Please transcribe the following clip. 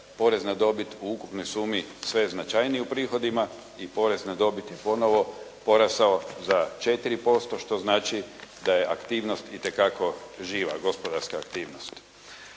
porez na dobit u ukupnoj sumi sve je značajniji u prihodima i porez na dobit je ponovo porastao za 4% što znači da je aktivnost gospodarska itekako